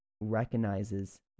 recognizes